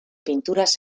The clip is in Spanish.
pinturas